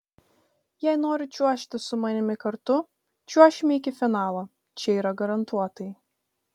jei nori čiuožti su manimi kartu čiuošime iki finalo čia yra garantuotai